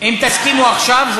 תקבע.